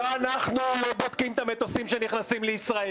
לא אנחנו לא בודקים את המטוסים שנכנסים לישראל.